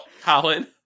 Colin